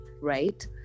right